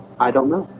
i don't know